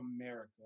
America